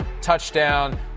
Touchdown